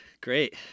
great